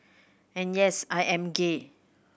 and yes I am gay